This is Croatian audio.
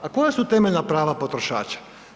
A koja su temeljna prava potrošača?